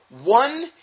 One